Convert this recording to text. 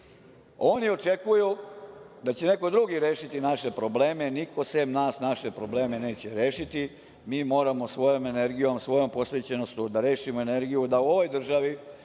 očekuju da će neko drugi rešiti naše probleme. Niko sem nas naše probleme neće rešiti, moramo svojom energijom, svojom posvešćenošću, da rešimo u ovoj državi